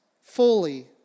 fully